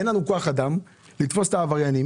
אמרתם שאין לכם כוח אדם לתפוס את העבריינים